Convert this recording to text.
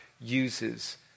uses